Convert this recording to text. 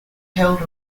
held